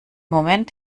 moment